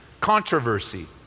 controversy